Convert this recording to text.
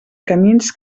camins